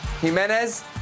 Jimenez